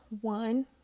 one